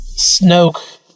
Snoke